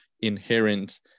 inherent